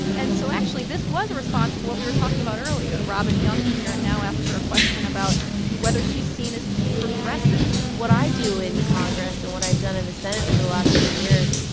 and so actually, this was a response to what we were talking talking about earlier. robin young from here and now asked her a question about whether she's seen as too progressive what i do in congress, and what i've done in the senate over the last ten years,